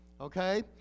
Okay